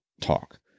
talk